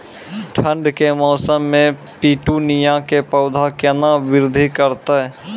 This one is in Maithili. ठंड के मौसम मे पिटूनिया के पौधा केना बृद्धि करतै?